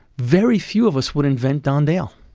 very few of us would invent don dale.